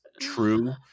true